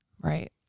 Right